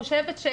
אני חושבת,